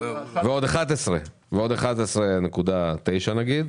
ועוד 11.9 נגיד.